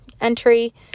entry